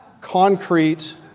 concrete